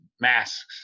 masks